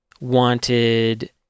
wanted